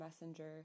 messenger